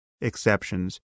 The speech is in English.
exceptions